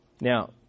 Now